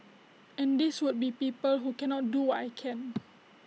and these would be people who cannot do what I can